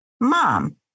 Mom